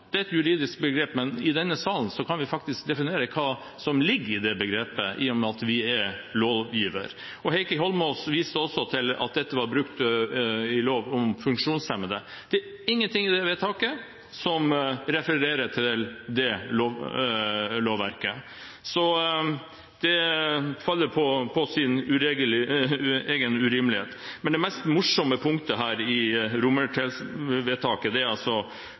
det er et juridisk begrep, men i denne salen kan vi faktisk definere hva som ligger i begrepet, i og med at vi er lovgiver. Heikki Eidsvoll Holmås viste også til at dette var brukt i eierseksjonsloven. Ingenting i det romertallsvedtaket referer til det lovverket, så det faller på sin egen urimelighet. Men det mest morsomme punktet i disse vedtakene er